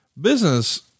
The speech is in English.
Business